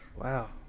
wow